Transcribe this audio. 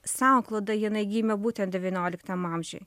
sankloda jinai gimė būtent devynioliktam amžiuje